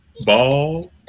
ball